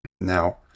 Now